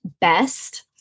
best